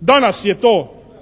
Danas je to